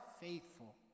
faithful